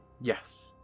Yes